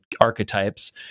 archetypes